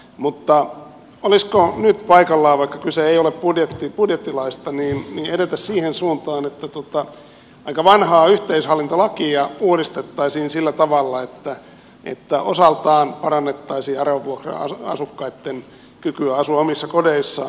mutta olisiko nyt paikallaan vaikka kyse ei ole budjettilaista edetä siihen suuntaan että aika vanhaa yhteishallintolakia uudistettaisiin sillä tavalla että osaltaan parannettaisiin aravavuokra asukkaitten kykyä asua omissa kodeissaan